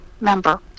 member